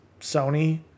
Sony